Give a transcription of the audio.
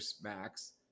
max